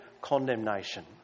condemnation